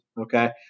okay